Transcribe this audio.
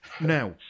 Now